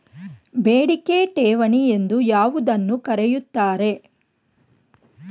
ಬೇಡಿಕೆ ಠೇವಣಿ ಎಂದು ಯಾವುದನ್ನು ಕರೆಯುತ್ತಾರೆ?